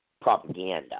propaganda